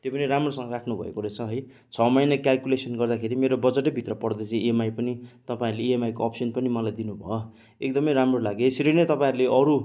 त्यो पनि राम्रोसँग राख्नुभएको रहेछ है छ महिना क्याल्कुलेसन गर्दाखेरि मेरो बजेटैभित्र पर्द रहेछ इएमआई पनि तपाईँहरूले इएमआईको अप्सन पनि मलाई दिनुभयो एकदमै राम्रो लाग्यो यसरी नै तपाईँहरूले अरू